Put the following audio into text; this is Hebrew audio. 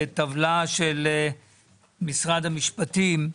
טבלה של משרד המשפטים,